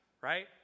Right